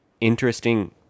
interesting